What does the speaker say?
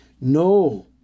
No